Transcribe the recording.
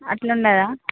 అట్ల ఉండదా